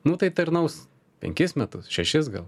nu tai tarnaus penkis metus šešis gal